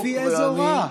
לפי איזה הוראה?